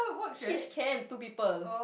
hitch can two people